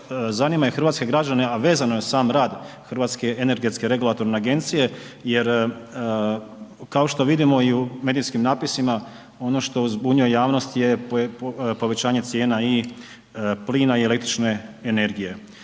zanima i hrvatske građane, a vezano je uz sam rad Hrvatske energetske regulatorne agencije jer kao što vidimo i u medijskim napisima, ono što zbunjuje javnost je povećanje cijena i plina i električne energije.